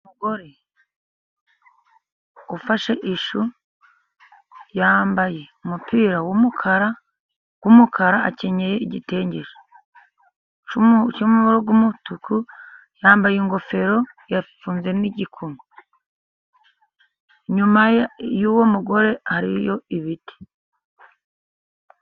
Umugore ufashe ishu yambaye umupira w'umukara, akenyeye igitenge cy'umutuku, yambaye ingofero yafunze n'igikumwe, inyuma y'uwo mugore hariyo ibiti.